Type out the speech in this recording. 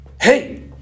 hey